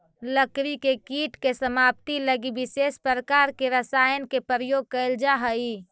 लकड़ी के कीट के समाप्ति लगी विशेष प्रकार के रसायन के प्रयोग कैल जा हइ